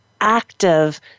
active